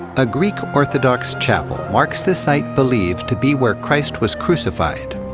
a greek orthodox chapel marks the site believed to be where christ was crucified.